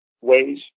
ways